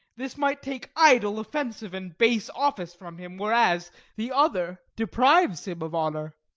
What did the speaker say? this might take idle, offensive, and base office from him, whereas the other deprives him of honour.